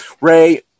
Ray